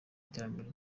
iterambere